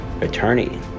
attorney